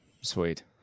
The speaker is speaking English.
Sweet